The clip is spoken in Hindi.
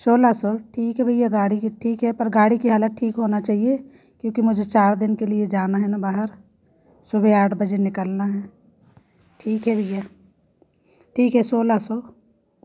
सोलह सौ ठीक है भैया गाड़ी ठीक है पर गाड़ी की हालत ठीक होना चाहिए क्योंकि मुझे चार दिन के लिए जाना है ना बाहर सुबह आठ बजे निकलना है ठीक है भैया ठीक है सोलह सौ